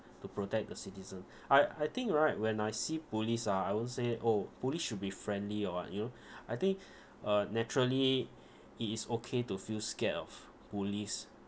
to protect the citizen I I think right when I see police ah I won't say oh police should be friendly or what you know I think uh naturally it is okay to feel scared of police